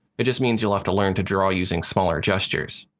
it just means you'll have to learn to draw using smaller gestures.